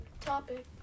Topic